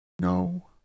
No